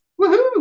woohoo